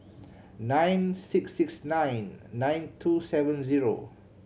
nine six six nine nine two seven zero